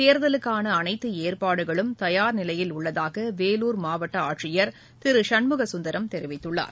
தேர்தலுக்கானஅனைத்துஏற்பாடுகளும் தயார் நிலையில் உள்ளதாகவேலூர் மாவட்டஆட்சியர் திருசண்முகசுந்தரம் தெரிவித்துள்ளார்